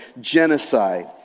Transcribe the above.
genocide